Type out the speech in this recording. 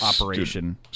operation